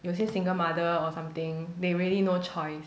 有些 single mother or something they really no choice